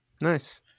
nice